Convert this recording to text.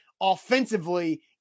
offensively